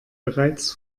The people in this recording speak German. bereits